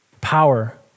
Power